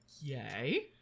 Yay